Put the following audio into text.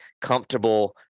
comfortable